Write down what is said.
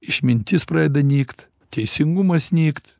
išmintis pradeda nykt teisingumas nykt